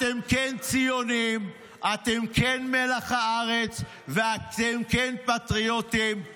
אתם כן ציונים, אתם כן מלח הארץ ואתם כן פטריוטים.